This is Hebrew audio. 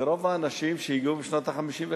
זה רוב האנשים שהגיעו בשנות ה-50 וה-60.